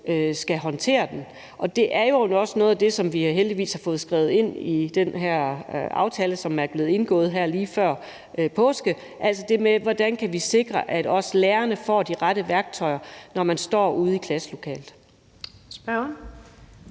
skal håndtere den. Det er jo også noget af det, som vi heldigvis har fået skrevet ind i den her aftale, som er blevet indgået her lige før påske, altså det med, hvordan vi kan sikre, at også lærerne får de rette værktøjer, når de står ude i klasselokalet.